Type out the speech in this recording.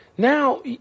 Now